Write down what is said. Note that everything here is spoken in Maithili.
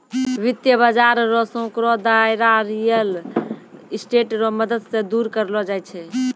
वित्त बाजार रो सांकड़ो दायरा रियल स्टेट रो मदद से दूर करलो जाय छै